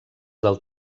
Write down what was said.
del